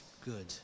good